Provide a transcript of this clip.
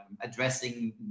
addressing